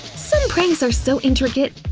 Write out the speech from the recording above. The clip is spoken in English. some pranks are so intricate,